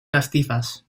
castizas